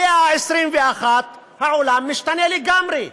במאה ה-21 העולם משתנה לגמרי,